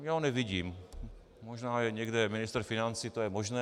Já ho nevidím, možná je někde ministr financí, to je možné.